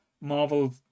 marvel